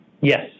Yes